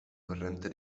corrente